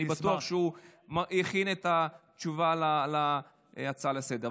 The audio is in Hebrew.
אני בטוח שהוא הכין את התשובה על ההצעה לסדר-היום.